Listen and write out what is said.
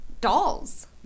dolls